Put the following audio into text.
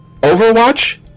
Overwatch